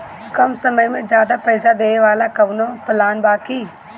कम समय में ज्यादा पइसा देवे वाला कवनो प्लान बा की?